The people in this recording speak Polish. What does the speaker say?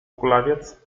kulawiec